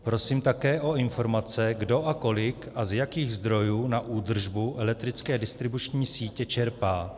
Prosím také o informace, kdo a kolik a z jakých zdrojů na údržbu elektrické distribuční sítě čerpá.